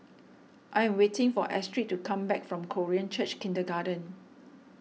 I am waiting for Astrid to come back from Korean Church Kindergarten